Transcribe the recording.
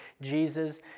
Jesus